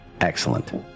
Excellent